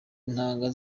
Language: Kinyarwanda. intanga